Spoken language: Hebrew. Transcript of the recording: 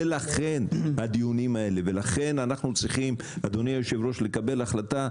לכן הדיונים האלה, ולכן אנחנו צריכים לקבל החלטה.